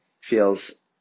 feels